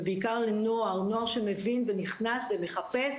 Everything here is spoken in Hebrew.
ובעיקר לנוער שמבין ונכנס ומחפש,